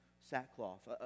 sackcloth